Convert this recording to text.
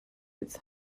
its